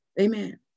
amen